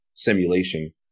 simulation